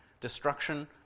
destruction